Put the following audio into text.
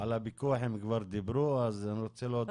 על הוויכוח הם כבר דיברו, אז אני רוצה להודות לך.